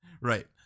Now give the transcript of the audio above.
Right